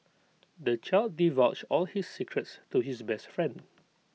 the child divulged all his secrets to his best friend